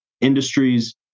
industries